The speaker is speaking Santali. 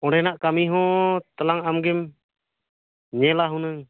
ᱚᱸᱰᱮᱱᱟᱜ ᱠᱟᱹᱢᱤ ᱦᱚᱸ ᱛᱟᱞᱟᱝ ᱟᱢ ᱜᱮᱢ ᱧᱮᱞᱟ ᱦᱩᱱᱟᱹᱝ